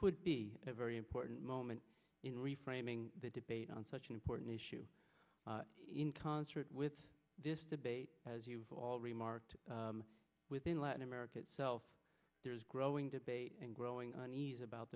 could be a very important moment in reframing the debate on such an important issue in concert with this debate as you've all remarked within latin america itself there is growing debate and growing unease about